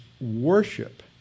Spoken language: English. worship